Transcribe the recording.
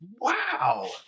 Wow